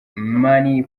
manny